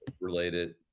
related